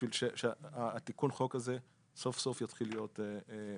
בשביל שתיקון החוק הזה סוף סוף יתחיל להיות מיושם.